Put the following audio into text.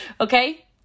Okay